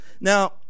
now